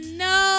no